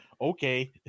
Okay